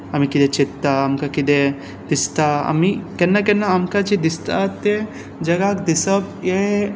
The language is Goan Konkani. आमी कितें चिंत्ता आमकां कितें दिसता आमी केन्ना केन्ना आमकां अशें दिसता तें जगाक दिसप हें